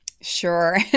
Sure